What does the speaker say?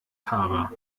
tara